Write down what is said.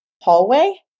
hallway